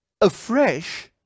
afresh